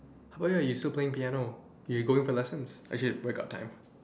how about you you still playing piano you going for lessons actually where got time